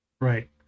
right